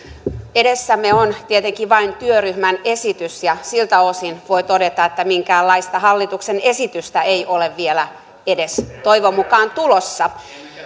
edessämme on tietenkin vain työryhmän esitys ja siltä osin voi todeta että minkäänlaista hallituksen esitystä ei ole vielä edes toivon mukaan tulossa